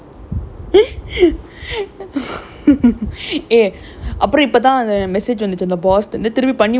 இந்த தெய்வம் தந்த அது அது பெரிய பழைய இது:intha theivam thantha athu athu periya palaiya ithu so basic ah இந்த இந்த:intha intha